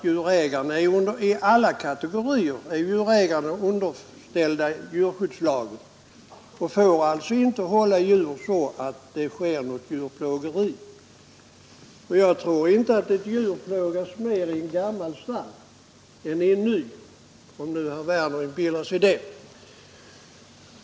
Djurägarna, av alla kategorier, är ju underställda djurskyddslagen och får alltså inte hålla djur så att djurplågeri sker. Jag tror inte att ett djur plågas mer i ett gammalt stall än i ett nytt, om nu herr Werner inbillar sig det.